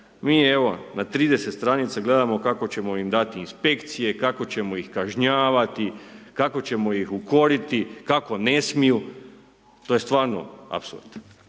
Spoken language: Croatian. mi evo na 30 stranica gledamo kako ćemo im dati inspekcije, kako ćemo ih kažnjavati, kako ćemo ih ukoriti, kako ne smiju, to je stvarno apsurd.